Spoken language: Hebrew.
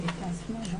בבקשה.